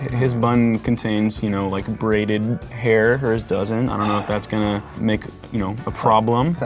his bun contains you know like braided hair, hers doesn't. i don't know if that's gonna make you know a problem.